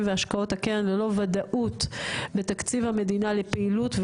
והשקעות הקרן ללא וודאות בתקציב המדינה בפעילות,